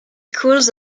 cools